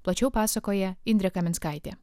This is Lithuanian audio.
plačiau pasakoja indrė kaminskaitė